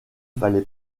fallait